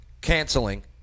canceling